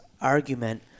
argument